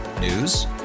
News